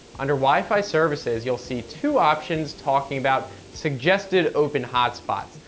under wifi services, you'll see two options talking about suggested open hotspots.